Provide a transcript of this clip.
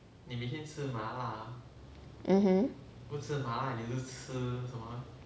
mmhmm